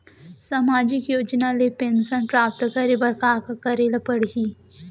सामाजिक योजना ले पेंशन प्राप्त करे बर का का करे ल पड़ही?